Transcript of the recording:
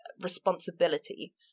responsibility